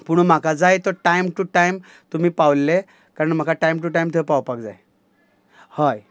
पूण म्हाका जाय तो टायम टू टायम तुमी पावल्ले कारण म्हाका टायम टू टायम थंय पावपाक जाय हय